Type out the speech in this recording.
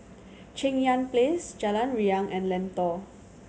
Cheng Yan Place Jalan Riang and Lentor